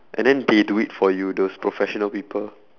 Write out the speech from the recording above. and then they do it for you those professional people